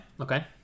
okay